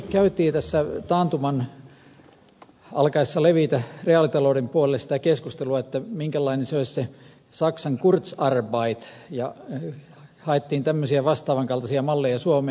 meilläkin käytiin taantuman alkaessa levitä reaalitalouden puolelle sitä keskustelua minkälainen olisi se saksan kurzarbeit ja haettiin tämmöisiä vastaavan kaltaisia malleja suomeen